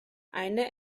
eine